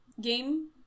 Game